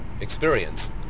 experience